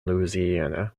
louisiana